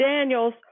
Daniels